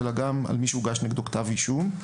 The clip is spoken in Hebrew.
אלא גם על מי שהוגש נגדו כתב אישום.